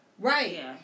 Right